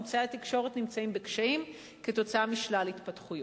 אמצעי התקשורת נמצאים בקשיים כתוצאה משלל התפתחויות.